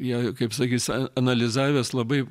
ją kaip sakyta a analizavęs labai